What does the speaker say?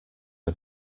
are